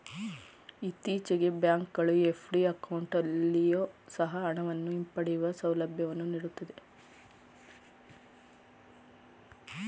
ಇತ್ತೀಚೆಗೆ ಬ್ಯಾಂಕ್ ಗಳು ಎಫ್.ಡಿ ಅಕೌಂಟಲ್ಲಿಯೊ ಸಹ ಹಣವನ್ನು ಹಿಂಪಡೆಯುವ ಸೌಲಭ್ಯವನ್ನು ನೀಡುತ್ತವೆ